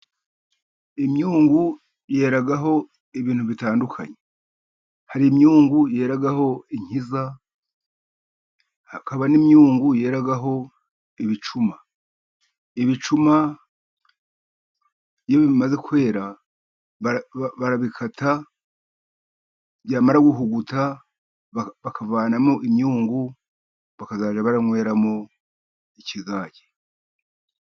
Imyungu yeraho ibintu bitandukanye. Hari imyungu yeraho inkiza, hakaba n'imyungu yeraho ibicuma. Ibicuma iyo bimaze kwera barabikata, byamara guhuguta bakavanamo imyungu, bakazajya baranyweramo ikigage.